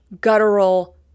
guttural